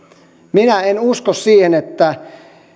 minä en usko siihen että